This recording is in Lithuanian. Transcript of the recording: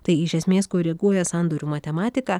tai iš esmės koreguoja sandorių matematiką